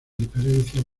diferencias